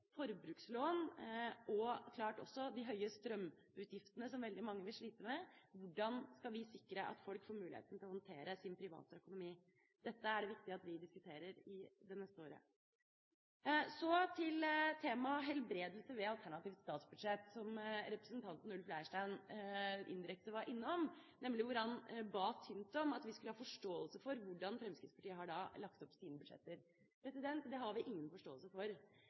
forbrukslån og klart også de høye strømutgiftene som veldig mange vil slite med. Hvordan skal vi sikre at folk får muligheten til å håndtere sin private økonomi? Dette er det viktig at vi diskuterer i det neste året. Så til temaet helbredelse ved alternativt statsbudsjett, som representanten Ulf Leirstein indirekte var innom. Han ba tynt om at vi måtte ha forståelse for hvordan Fremskrittspartiet har lagt opp sine budsjetter. Det har vi ingen forståelse for,